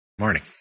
Morning